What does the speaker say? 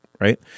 right